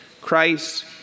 Christ